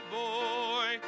boy